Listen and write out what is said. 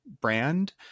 brand